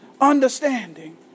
understanding